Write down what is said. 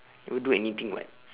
never do anything [what]